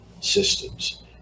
systems